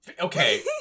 Okay